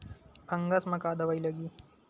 Fungus म का दवाई लगी?